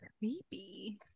Creepy